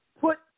Put